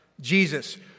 Jesus